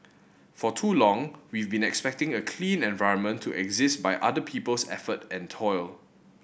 for too long we've been expecting a clean environment to exist by other people's effort and toil